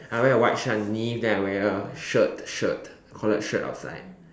I wear a white shirt underneath then I wear a shirt shirt collared shirt outside